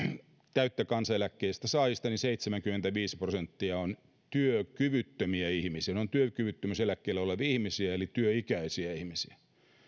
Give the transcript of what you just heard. täyttä kansaneläkettä saavista seitsemänkymmentäviisi prosenttia on työkyvyttömiä ihmisiä he ovat työkyvyttömyyseläkkeellä olevia ihmisiä eli työikäisiä ihmisiä